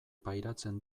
pairatzen